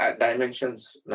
dimensions